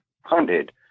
hunted